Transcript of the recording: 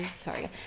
sorry